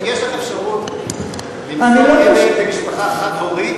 אם יש לך אפשרות למסור ילד למשפחה חד-הורית,